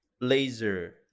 Laser